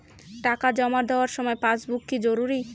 টাকা জমা দেবার সময় পাসবুক কি জরুরি?